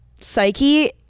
psyche